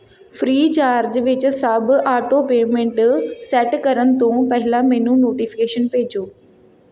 Freecharge ਵਿੱਚ ਸਭ auto payment set ਕਰਨ ਤੋਂ ਪਹਿਲਾਂ ਮੈਨੂੰ ਨੋਟੀਫਿਕੇਸ਼ਨ ਭੇਜੋ